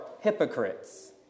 hypocrites